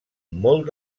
molt